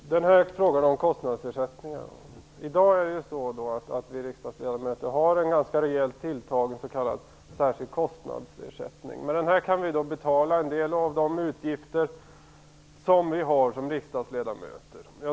Fru talman! När det gäller frågan om kostnadsersättningarna har vi riksdagsledamöter i dag en ganska rejält tilltagen s.k. särskild kostnadsersättning. Med den kan vi betala en del av de utgifter som vi har som riksdagsledamöter.